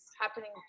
happening